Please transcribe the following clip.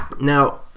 now